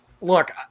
look